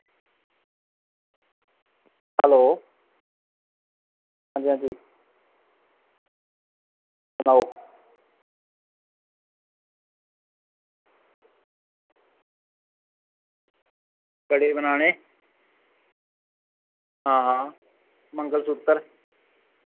hello आं जी आं जी सनाओ कड़े बनाने आं मंगलसूत्र